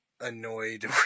annoyed